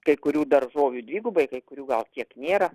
kai kurių daržovių dvigubai kai kurių gal tiek nėra